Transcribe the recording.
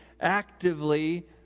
actively